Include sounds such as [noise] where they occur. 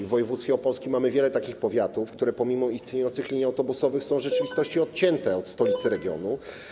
W województwie opolskim mamy wiele powiatów, które pomimo istniejących linii autobusowych są w rzeczywistości [noise] odcięte od stolicy regionu.